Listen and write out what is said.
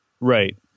right